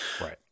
Right